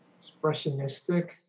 expressionistic